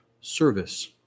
service